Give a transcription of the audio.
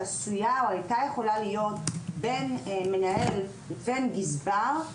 שהייתה יכולה להתקיים בין מנהל לבין גזבר,